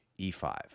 e5